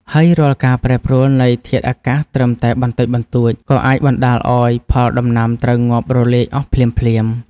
ហើយរាល់ការប្រែប្រួលនៃធាតុអាកាសត្រឹមតែបន្តិចបន្តួច ក៏អាចបណ្តាលឱ្យផលដំណាំត្រូវងាប់រលាយអស់ភ្លាមៗ។